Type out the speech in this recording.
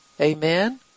amen